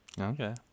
Okay